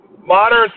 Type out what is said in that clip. modern